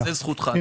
זכותך.